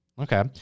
Okay